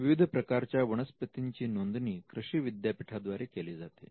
विविध प्रकारच्या वनस्पतींची नोंदणी कृषी विद्यापीठाने द्वारे केले जाते